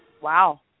Wow